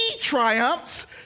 triumphs